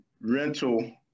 rental